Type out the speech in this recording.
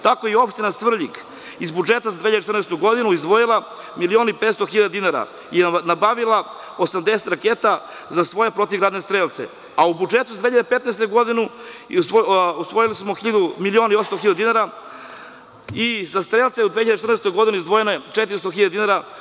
Tako je i opština Svrljig iz budžeta za 2014. godinu izdvojila milion i 500.000 dinara i nabavila 80 raketa za svoje protivgradne strelce, a u budžetu za 2015. godinu izdvojili smo milion i 800.000 dinara i za strelce u 2014. godini izdvojeno je 400.000 dinara.